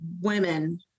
women